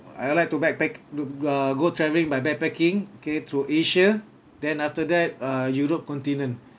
I would like to backpack uh go traveling by backpacking K through asia then after that uh europe continent